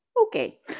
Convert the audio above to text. Okay